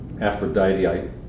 Aphrodite